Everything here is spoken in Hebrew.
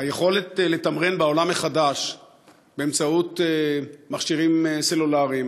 היכולת לתמרן בעולם החדש באמצעות מכשירים סלולריים,